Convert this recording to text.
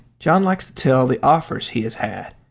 john likes to tell the offers he has had,